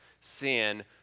sin